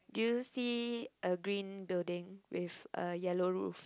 do you see a green building with a yellow roof